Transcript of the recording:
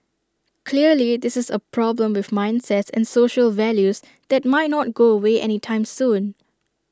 clearly this is A problem with mindsets and social values that might not go away anytime soon